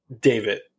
David